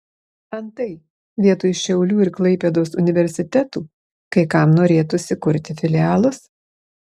antai vietoj šiaulių ir klaipėdos universitetų kai kam norėtųsi kurti filialus